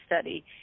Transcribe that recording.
study